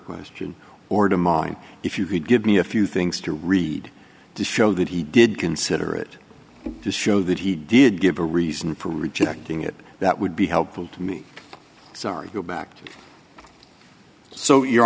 question or to mine if you could give me a few things to read to show that he did consider it to show that he did give a reason for rejecting it that would be helpful to me sorry go back to so you